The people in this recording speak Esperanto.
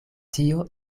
tio